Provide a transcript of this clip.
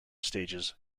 stages